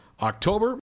October